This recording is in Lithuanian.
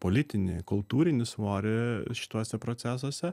politinį kultūrinį svorį šituose procesuose